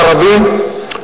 הערבי,